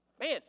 Man